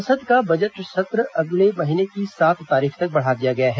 संसद का बजट सत्र अगले महीने की सात तारीख तक बढ़ा दिया गया है